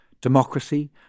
democracy